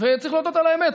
וצריך להודות על האמת,